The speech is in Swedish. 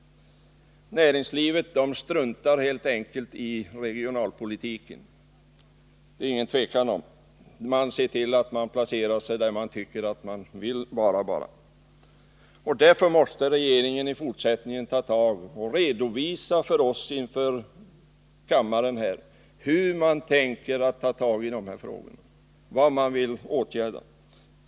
Näringslivet struntar helt enkelt i regionalpolitiken. Det är inget tvivel om det. Man ser bara till att man placerar sig där man vill vara. Därför måste regeringen i fortsättningen redovisa inför kammaren hur man tänker ta tag i dessa frågor, vad man vill åtgärda och hur.